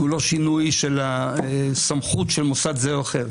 והוא לא שינוי של הסמכות של מוסד זה או אחר.